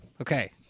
Okay